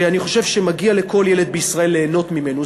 ואני חושב שמגיע לכל ילד מישראל ליהנות ממנו.